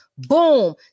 boom